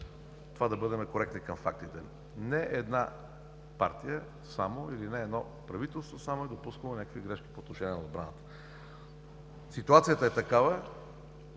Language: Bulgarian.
това да бъдем коректни към фактите. Не една партия само, или не едно правителство само е допуснало някакви грешки по отношение на отбраната. Ситуацията е такава